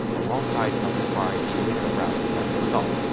alongside of safari and any other browser you have installed.